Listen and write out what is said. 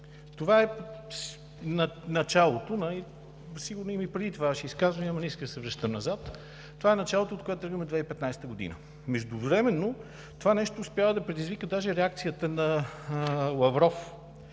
Това е началото, сигурно има и преди това Ваши изказвания, но не искам да се връщам назад. Това е началото, от което тръгваме – 2015 г. Междувременно това нещо успява да предизвика даже реакцията на Лавров